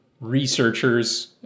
researchers